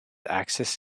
axis